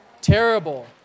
Terrible